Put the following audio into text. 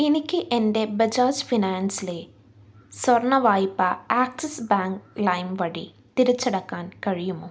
എനിക്ക് എൻ്റെ ബജാജ് ഫിനാൻസിലെ സ്വർണ്ണ വായ്പ ആക്സസ് ബാങ്ക് ലൈം വഴി തിരച്ചടക്കാൻ കഴിയുമോ